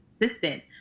assistant